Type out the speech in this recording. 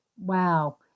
wow